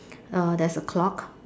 err there's a clock